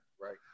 Right